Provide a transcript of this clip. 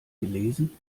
gelesen